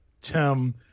Tim